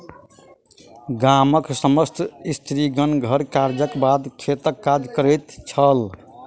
गामक समस्त स्त्रीगण घर कार्यक बाद खेतक काज करैत छल